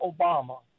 Obama